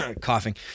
Coughing